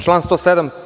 Član 107.